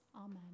Amen